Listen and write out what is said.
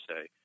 say